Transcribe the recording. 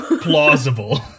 plausible